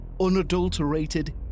unadulterated